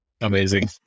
Amazing